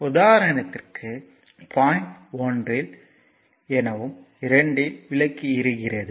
உதாரணத்திற்கு பாயிண்ட் 1 ல் 1 எனவும் 2 இல் விளக்கு இருக்கிறது